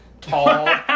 Tall